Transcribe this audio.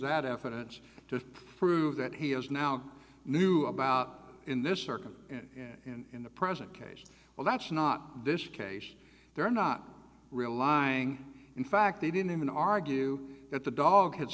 that evidence to prove that he has now knew about in this circuit and in the present case well that's not this case they're not relying in fact they didn't even argue that the dog ha